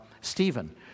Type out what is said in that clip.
Stephen